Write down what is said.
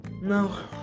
No